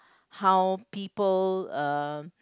how people err